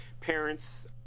parents